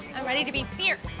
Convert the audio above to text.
i'm ready to be fierce.